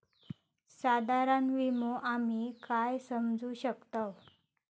साधारण विमो आम्ही काय समजू शकतव?